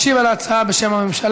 משיב על ההצעה, בשם הממשלה,